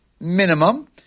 minimum